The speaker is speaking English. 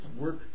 work